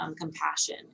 compassion